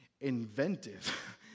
inventive